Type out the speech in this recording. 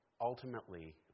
Ultimately